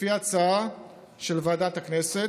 לפי הצעה של ועדת הכנסת,